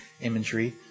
imagery